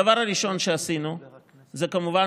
הדבר הראשון שעשינו זה כמובן,